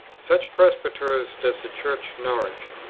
such presbyters does the church nourish,